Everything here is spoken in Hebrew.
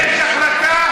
יש החלטה, תכבד אותה.